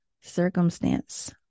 circumstance